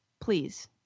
Please